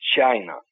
China